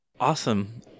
Awesome